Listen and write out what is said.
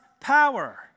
power